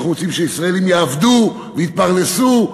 אנחנו רוצים שישראלים יעבדו ויתפרנסו,